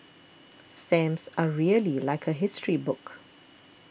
stamps are really like a history book